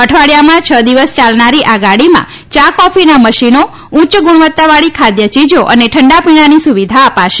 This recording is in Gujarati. અઠવાડિયામાં છ દિવસ ચાલનારી આ ગાડીમાં ચા કોફીના મશીનો ઉચ્ય ગુણવત્તાવાળી ખાદ્યચીજો અને ઠંડા પીણાની સુવિધા અપાશે